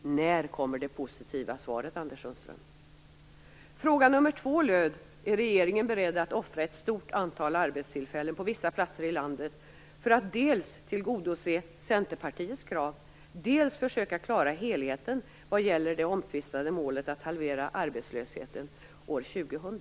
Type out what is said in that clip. När kommer det positiva svaret, Anders Sundström? Min andra fråga lydde: Är regeringen beredd att offra ett stort antal arbetstillfällen på vissa platser i landet för att dels tillgodose Centerpartiets krav, dels försöka klara helheten vad gäller det omtvistade målet att halvera arbetslösheten till år 2000.